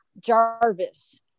Jarvis